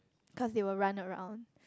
cause they will run around